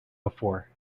before